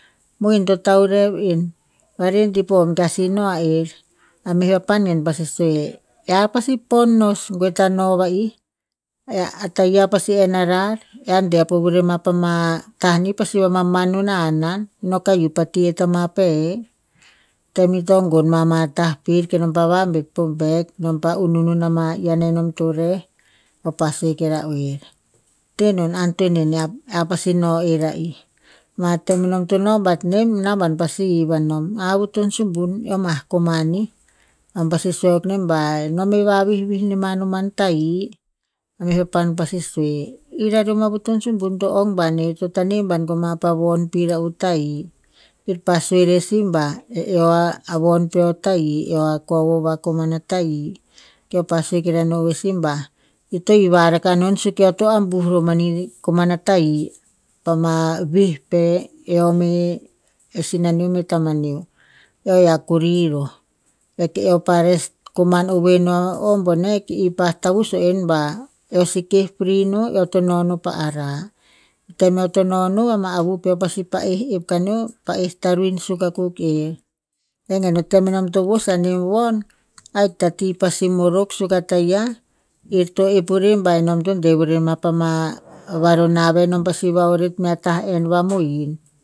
Mohin to taurev en va redi po em kea si no a err. A meh papan pasi sue, ear pasi pon nos goe ta no va'i a taia pasi enn arar, ear deh po vure ma ama tah nih pasi va maman non a hanan no ka hiup ati atah ma pe'he. Tem ir to gon ma mah tah pir kenom pa vabet po bek nom pa ununun ama yian nom to reh, keo pa sue kira oer, tenon antoen an ear- ear pasi no er a'i. Ma tem enom to no bat nem namban pasi hiv anom, "a vuton sumbun, eom ha komani?", nom pasi sue akuk nem ba. "Nom me va vihvih nem noman tahi." A meh papan pasi sue, ir arium o vuton sumbun to ong ban en to taneh ban koma pa von pir a'u tahi. Kir pa sue rer sih ba eh eo a von peo tahi, eo a kovoh va komano tahi. Keo pa sue kira na oer si ba, i to hiva rakah non suk eo to ambuh mani komana tahi pa ma vih me sinaneo me tamaneo eo a kori roh. Eo pa res koman ovoe no o boneh ki i pa tavus o en ba, eo seke free no eo to nonoh pa arah. Tem eo to nonoh ama avu peo pasi pa'eh ep kaneo pa'eh taruin suk akuk er. Vengen o tem enom to vos aniu von, ahik ta ti pasi morok suk a taia, ir to ep vurer ba nom to deh vure ma pa ma varonah ve nom pasi va'oret mea tah enn va mohin.